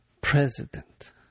president